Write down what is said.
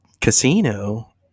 casino